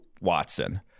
Watson